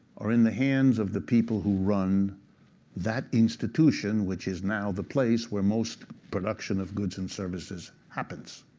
are in the hands of the people who run that institution which is now the place where most production of goods and services happens.